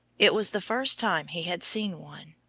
it was the first time he had seen one.